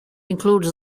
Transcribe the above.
includes